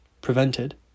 prevented